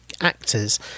actors